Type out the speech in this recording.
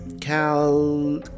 Cal